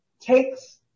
takes